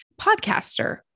podcaster